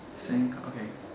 sandca~ okay